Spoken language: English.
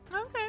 Okay